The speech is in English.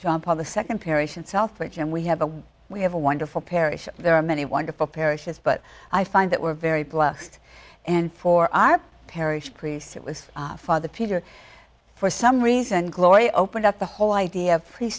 paul the second parish unselfish and we have a we have a wonderful parish there are many wonderful parishes but i find that we're very blessed and for our parish priest it was father peter for some reason glory opened up the whole idea of